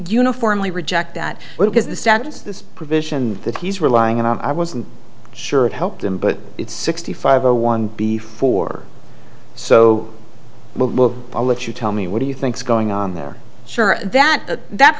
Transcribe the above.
uniformly reject that what is the status of this provision that he's relying on i wasn't sure it helped him but it's sixty five or one before so i'll let you tell me what do you think's going on there sure that that